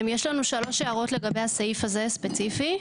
יש לנו שלוש הערות לגבי הסעיף הזה הספציפי.